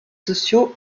sociaux